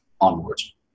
onwards